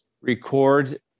record